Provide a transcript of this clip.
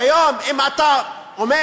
כיום אם אתה אומר,